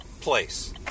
place